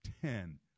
ten